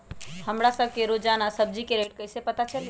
हमरा सब के रोजान सब्जी के रेट कईसे पता चली?